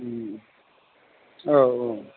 औ औ